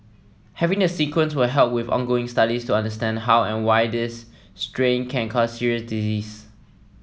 having the sequence will help with ongoing studies to understand how and why this strain can cause serious disease